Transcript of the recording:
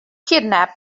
kidnap